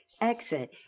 exit